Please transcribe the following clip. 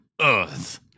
earth